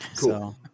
Cool